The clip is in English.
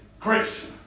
Christian